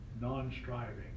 non-striving